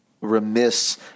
remiss